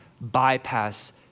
bypass